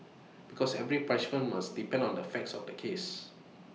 because every punishment must depend on the facts of the case